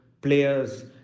players